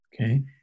Okay